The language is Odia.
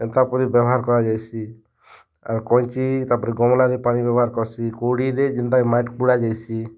ଏନ୍ତାକରି ବେବହାର୍ କରାଯାଏସି ଆର୍ କଇଁଚି ତା'ର୍ପରେ ଗମ୍ଲାକେ ପାଣି ବେବ୍ହାର୍ କର୍ସି କୋଡ଼ିରେ ଯେନ୍ତା କି ମାଏଟ୍ ଖୋଳା ଯାଏସି